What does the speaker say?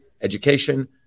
education